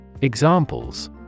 Examples